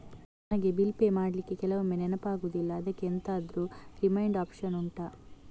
ನನಗೆ bill pay ಮಾಡ್ಲಿಕ್ಕೆ ಕೆಲವೊಮ್ಮೆ ನೆನಪಾಗುದಿಲ್ಲ ಅದ್ಕೆ ಎಂತಾದ್ರೂ ರಿಮೈಂಡ್ ಒಪ್ಶನ್ ಉಂಟಾ